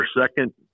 second